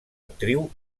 actriu